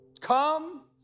Come